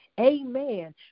Amen